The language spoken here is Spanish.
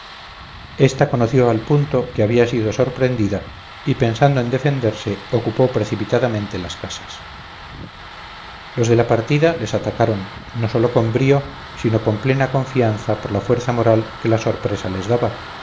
esta conoció al punto que había sido sorprendida y pensando en defenderse ocupó precipitadamente las casas los de la partida les atacaron no sólo con brío sino con plena confianza por la fuerza moral que la sorpresa les daba